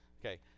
Okay